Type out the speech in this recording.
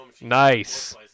Nice